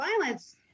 violence